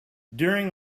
during